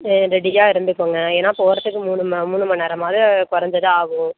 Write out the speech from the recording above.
ரெடியாக இருந்துக்கங்க ஏன்னா போகிறதுக்கு மூணு மூணு மணிநேரமாது குறைஞ்சது ஆகும்